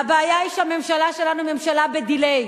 והבעיה היא שהממשלה שלנו היא ממשלה ב-delay,